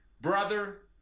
brother